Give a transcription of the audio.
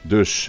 Dus